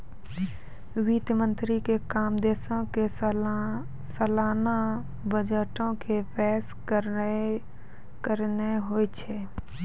वित्त मंत्री के काम देशो के सलाना बजटो के पेश करनाय होय छै